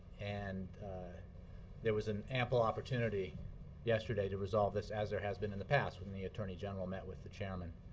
and there was an ample opportunity yesterday to resolve this, as there has been in the past when the attorney general met with the chairman.